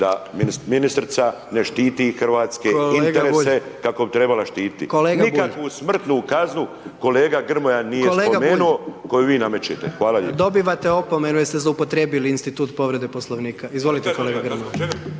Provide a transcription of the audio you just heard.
da ministrica ne štiti hrvatske interese kako bi trebala štiti. Nikakvu smrtnu kaznu kolega Grmoja nije spomenuo, koju vi namećete. **Jandroković, Gordan (HDZ)** Kolega Bulj, dobivate opomenu jer ste zloupotrijebili institut povrede Poslovnika, izvolite kolega Grmoja.